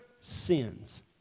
sins